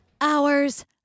hours